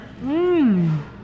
Mmm